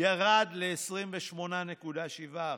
ירד ל-28.7%,